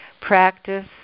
practice